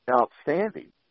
outstanding